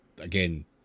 again